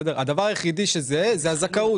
הדבר היחידי שזהה זו הזכאות.